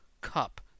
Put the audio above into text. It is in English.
Cup